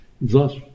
thus